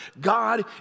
God